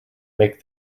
make